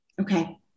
Okay